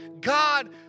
God